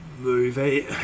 movie